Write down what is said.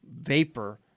vapor